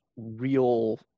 real